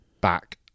back